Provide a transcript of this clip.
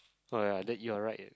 oh ya then you're right eh